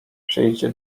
przyjdzie